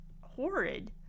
horrid